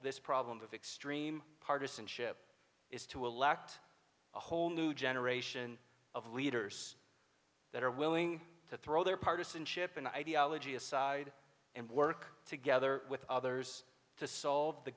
this problem of extreme partisanship is to elect a whole new generation of leaders that are willing to throw their partisanship and ideology aside and work together with others to solve the